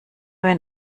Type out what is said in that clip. wenn